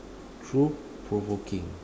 through provoking